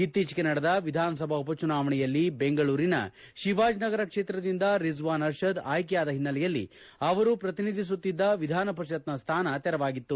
ಇತ್ತೀಚೆಗೆ ನಡೆದ ವಿಧಾನಸಭಾ ಉಪಚುನಾವಣೆಯಲ್ಲಿ ಬೆಂಗಳೂರಿನ ಶಿವಾಜನಗರ ಕ್ಷೇತ್ರದಿಂದ ರಿಜ್ವಾನ್ ಅರ್ಷದ್ ಆಯ್ಕೆಯಾದ ಹಿನ್ನೆಲೆಯಲ್ಲಿ ಅವರು ಪ್ರತಿನಿಧಿಸುತ್ತಿದ್ದ ವಿಧಾನ ಪರಿಷತ್ನ ಸ್ಥಾನ ತೆರವಾಗಿತ್ತು